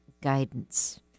guidance